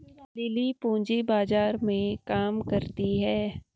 lily पूंजी बाजार में काम करती है